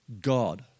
God